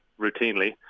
routinely